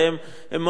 הם מאוד ברורים,